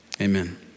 Amen